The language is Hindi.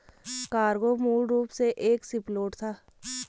कार्गो मूल रूप से एक शिपलोड था